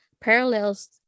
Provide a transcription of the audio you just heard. parallels